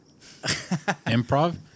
Improv